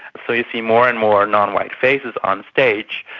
so you see more and more non-white faces on stage,